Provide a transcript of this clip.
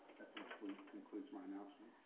that concludes concludes my announcements.